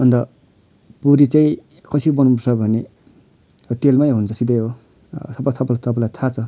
अन्त पुरी चाहिँ कसरी बनाउनु पर्छ भने तेलमै हुन्छ सिधै हो थप थप थपला तपाईँलाई थाहा छ